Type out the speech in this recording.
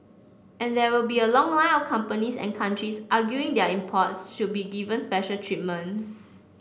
and there will be a long line of companies and countries arguing their imports should be given special treatment